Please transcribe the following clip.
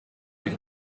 les